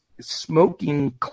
smoking